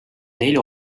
neil